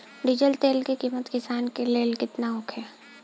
Diesel तेल के किमत किसान के लेल केतना होखे?